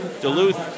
Duluth